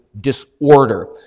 disorder